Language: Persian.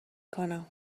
کنم